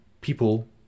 people